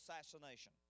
assassination